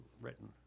written